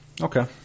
Okay